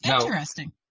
Interesting